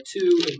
two